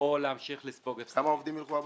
או להמשיך לספוג הפסדים.